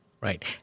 Right